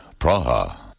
Praha